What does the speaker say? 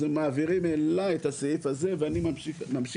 אז הם מעבירים אליי את הסעיף הזה ואני ממשיך